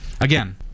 again